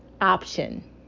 option